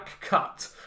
cut